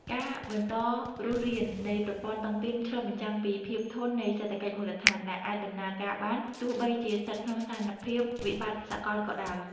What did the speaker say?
ការបន្តរស់រាននៃប្រព័ន្ធតុងទីនឆ្លុះបញ្ចាំងពី "ភាពធន់នៃសេដ្ឋកិច្ចមូលដ្ឋាន" ដែលអាចដំណើរការបាន ទោះបីជាស្ថិតក្នុងស្ថានភាពវិបត្តិសកលក៏ដោយ។